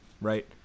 right